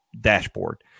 dashboard